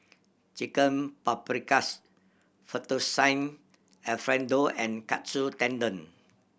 Chicken Paprikas Fettuccine Alfredo and Katsu Tendon